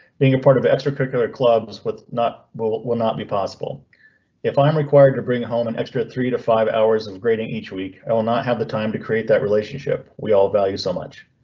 being apart of extracurricular clubs with not will will not be possible if i'm required to bring home an extra three to five hours of grading each week, i will not have the time to create that relationship we all value so much.